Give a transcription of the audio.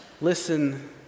Listen